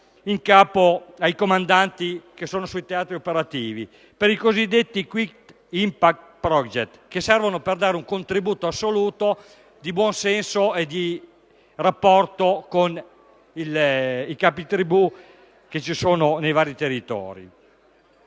in capo ai comandanti presenti sui teatri operativi, per i cosiddetti *quick impact projects,* che servono per dare un contributo di assoluto buon senso nei rapporti con i capi delle tribù presenti nei vari territori.